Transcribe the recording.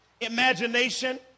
imagination